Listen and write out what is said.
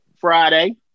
Friday